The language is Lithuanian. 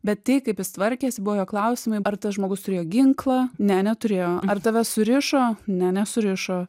bet tai kaip jis tvarkėsi buvo jo klausimai ar tas žmogus turėjo ginklą ne neturėjo ar tave surišo ne nesurišo